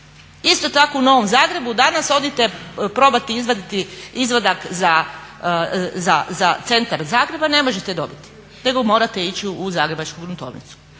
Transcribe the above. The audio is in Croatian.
Isto tako u Novom Zagrebu danas odite probati izvaditi izvadak za centar Zagreba ne možete dobiti nego morate ići u zagrebačku gruntovnicu.